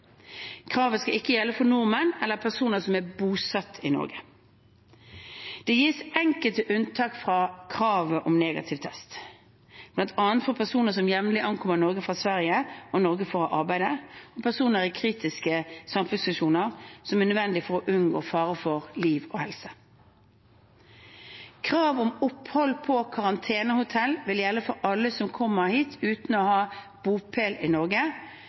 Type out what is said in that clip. Kravet skal ikke gjelde for nordmenn eller personer som er bosatt i Norge. Det gis enkelte unntak fra kravet om negativ test, bl.a. for personer som jevnlig ankommer Norge fra Sverige for å arbeide, og for personell i kritiske samfunnsfunksjoner som er nødvendige for å unngå fare for liv og helse. Kravet om opphold på karantenehotell vil gjelde for alle som kommer hit uten å ha bopel i Norge,